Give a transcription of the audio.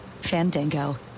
Fandango